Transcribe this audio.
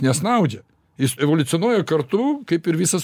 nesnaudžia jis evoliucionuoja kartu kaip ir visas